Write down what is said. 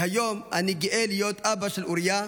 מהיום אני גאה להיות אבא של אוריה,